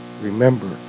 Remember